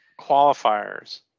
Qualifiers